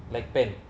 like pen